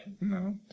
No